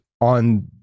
on